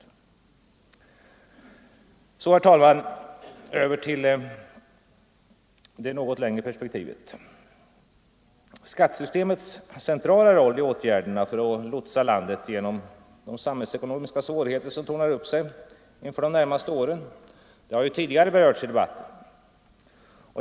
Så, herr talman, över till det något längre perspektivet. Skattesystemets centrala roll i åtgärderna för att lotsa landet genom de samhällsekonomiska svårigheter som tornar upp sig inför de närmaste åren har tidigare berörts i debatten.